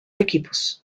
equipos